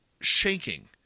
shaking